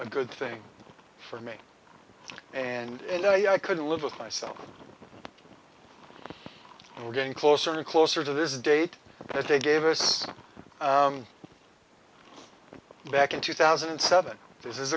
a good thing for me and i couldn't live with myself and we're getting closer and closer to this date that they gave us back in two thousand and seven this is